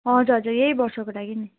हजुर हजुर यही वर्षको लागि नि